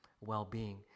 well-being